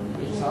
לי?